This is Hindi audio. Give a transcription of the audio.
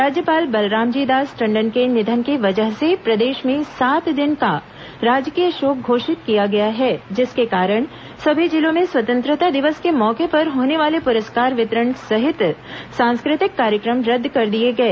राज्यपाल बलरामजी दास टंडन के निधन की वजह से प्रदेष में सात दिन का राजकीय शोक घोषित किया गया है जिसके कारण सभी जिलों में स्वतंत्रता दिवस के मौके पर होने वाले पुरस्कार वितरण सहित सांस्कृतिक कार्यक्रम रद्द कर दिए गए